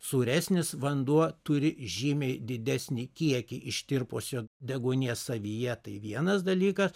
sūresnis vanduo turi žymiai didesnį kiekį ištirpusio deguonies savyje tai vienas dalykas